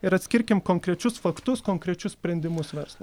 ir atskirkim konkrečius faktus konkrečius sprendimus verslo